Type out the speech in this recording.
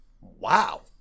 Wow